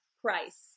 price